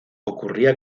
ocurría